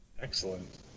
Excellent